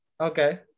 Okay